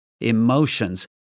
emotions